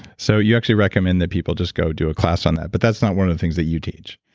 so you actually recommend that people just go do a class on that. but that's not one of the things that you teach.